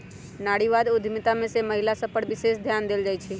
नारीवाद उद्यमिता में महिला सभ पर विशेष ध्यान देल जाइ छइ